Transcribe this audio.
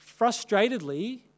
frustratedly